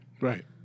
Right